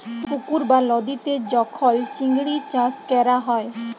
পুকুর বা লদীতে যখল চিংড়ি চাষ ক্যরা হ্যয়